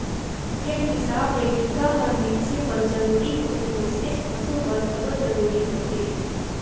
जेन हिसाब ले टिका हर मइनसे बर जरूरी होथे वइसनेच पसु बर घलो जरूरी होथे